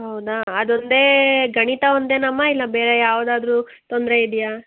ಹೌದಾ ಅದೊಂದೇ ಗಣಿತ ಒಂದೇನಾಮ್ಮ ಇಲ್ಲ ಬೇರೆ ಯಾವುದಾದ್ರು ತೊಂದರೆ ಇದೆಯಾ